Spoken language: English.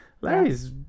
Larry's